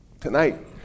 Tonight